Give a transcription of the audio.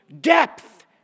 depth